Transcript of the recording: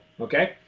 Okay